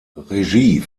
regie